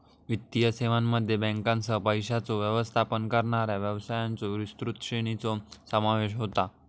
वित्तीय सेवांमध्ये बँकांसह, पैशांचो व्यवस्थापन करणाऱ्या व्यवसायांच्यो विस्तृत श्रेणीचो समावेश होता